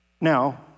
Now